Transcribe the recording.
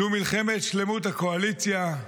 זו מלחמת שלמות הקואליציה.